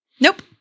Nope